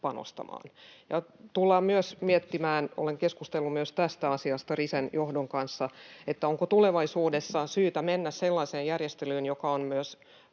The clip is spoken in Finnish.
jatkopanostamaan ja tullaan myös miettimään — olen keskustellut myös tästä asiasta Risen johdon kanssa — onko tulevaisuudessa syytä mennä sellaiseen järjestelyyn, joka on myös